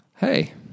Hey